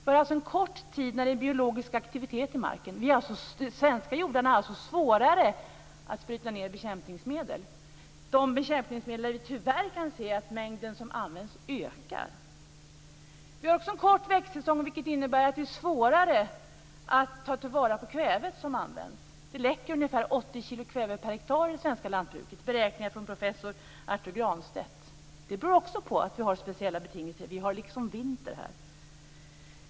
Det är en kort tid då det är biologisk aktivitet i marken. De svenska jordarna har alltså svårare att bryta ned bekämpningsmedel, som vi tyvärr kan se ökar i användning. Vi har också en kort växtsäsong, vilket innebär att det är svårare att ta till vara kvävet som används. Det läcker ut ungefär 80 kg kväve per hektar i svenska lantbruk, enligt beräkningar av professor Artur Granstedt. Detta beror också på att vi har speciella betingelser - vi har liksom vinter här.